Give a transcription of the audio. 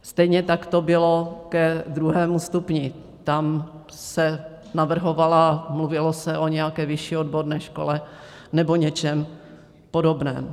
Stejně tak to bylo ke druhému stupni, tam se navrhovala mluvilo se o nějaké vyšší odborné škole nebo něčem podobném.